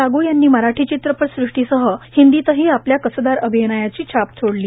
लागू यांनी मराठी चित्रपट सृष्टीसह हिंदीत ही आपल्या कसदार अभिनयाची छाप सोडली